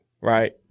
right